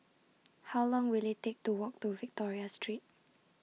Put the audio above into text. How Long Will IT Take to Walk to Victoria Street